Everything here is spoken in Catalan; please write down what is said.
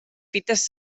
fites